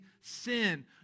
sin